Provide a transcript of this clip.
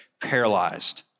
paralyzed